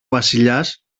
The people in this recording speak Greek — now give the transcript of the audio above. βασιλιάς